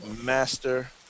master